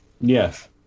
Yes